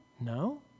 no